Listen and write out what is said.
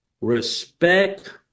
respect